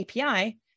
API